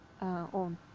on